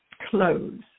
close